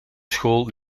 school